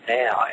now